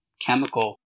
chemical